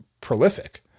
prolific